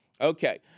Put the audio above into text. Okay